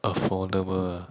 affordable ah